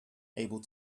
able